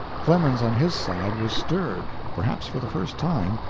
clemens, on his side, was stirred, perhaps for the first time,